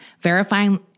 verifying